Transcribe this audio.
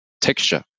texture